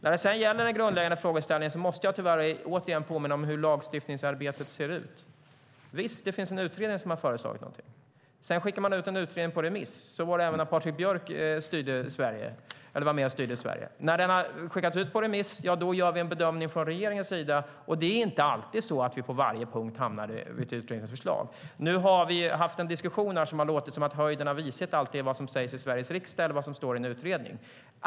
När det sedan gäller den grundläggande frågeställningen måste jag tyvärr återigen påminna om hur lagstiftningsarbetet ser ut. En utredning föreslår någonting. Sedan skickar man ut förslaget på remiss. Så var det även när Patrik Björck var med och styrde Sverige. När remissvaren kommit in gör vi en bedömning från regeringens sida, och det är inte alltid så att vi på varje punkt hamnar vid utredningens förslag. Nu har vi haft en diskussion här som har låtit som att höjden av vishet alltid är vad som sägs i Sveriges riksdag eller vad som står i en utredning.